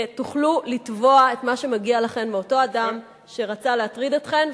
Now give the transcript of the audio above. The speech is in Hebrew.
תוכלו לתבוע את מה שמגיע לכן מאותו אדם שרצה להטריד אתכן.